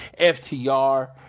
FTR